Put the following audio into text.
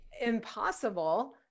impossible